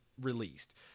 released